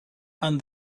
and